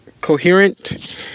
coherent